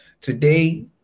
Today